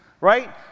Right